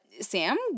Sam